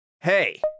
Hey